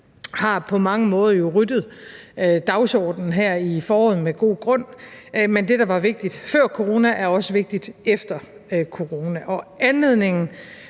på mange måder jo har ryddet dagsordenen her i foråret med god grund. Men det, der var vigtigt før corona, er også vigtigt efter corona. Og anledningen,